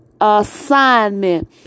assignment